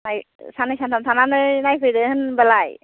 साननै सानथाम थानानै नायफैदो होनबालाय